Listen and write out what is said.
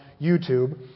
YouTube